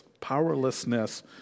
powerlessness